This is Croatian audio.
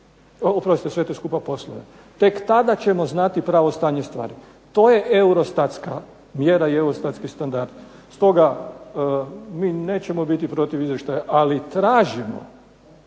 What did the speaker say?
obavljaju sve te skupa poslove. Tek tada ćemo znati pravo stanje stvari. To je EUROSTAT-ska mjera i EUROSTAT-ski standard. Stoga mi nećemo biti protiv izvještaja ali tražimo